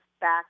back